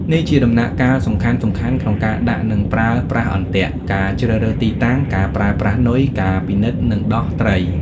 នេះជាដំណាក់កាលសំខាន់ៗក្នុងការដាក់និងប្រើប្រាស់អន្ទាក់ ការជ្រើសរើសទីតាំង ការប្រើប្រាស់នុយ ការពិនិត្យនិងដោះត្រី។